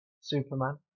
Superman